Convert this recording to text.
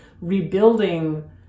rebuilding